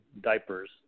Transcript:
diapers